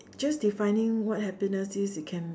just defining what happiness is it can